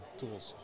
tools